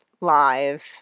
live